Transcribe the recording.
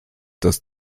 das